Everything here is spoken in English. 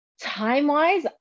Time-wise